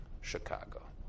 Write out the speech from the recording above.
Chicago